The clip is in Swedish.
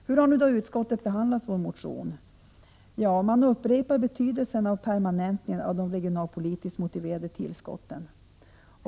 Hur har då utbildningsutskottet behandlat vår motion? Ja, utskottet upprepar betydelsen av permanentningen av de regionalpolitiskt motiverade tillskotten.